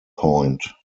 point